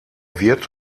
wird